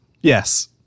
Yes